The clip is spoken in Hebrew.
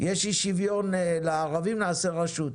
יש אי שוויון לערבים נעשה רשות,